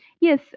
Yes